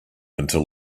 until